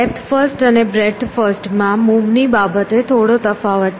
depth first અને breadth first માં move ની બાબતે થોડો તફાવત છે